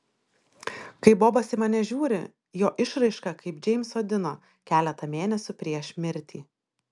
kai bobas į mane žiūri jo išraiška kaip džeimso dino keletą mėnesių prieš mirtį